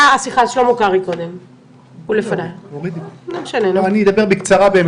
אדבר בקצרה.